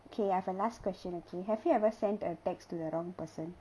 K I have a last question okay have you ever sent a text to the wrong person